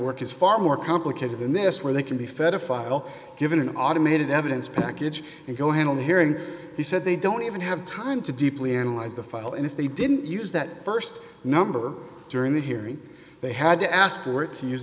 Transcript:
work is far more complicated than this where they can be fed a file given an automated evidence package and go handle hearing he said they don't even have time to deeply analyze the file and if they didn't use that st number during the hearing they had to ask for it to use